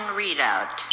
readout